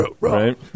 Right